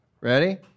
Ready